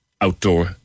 outdoor